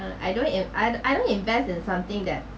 uh I don't in~ I don't I don't invest in something that